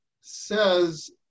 says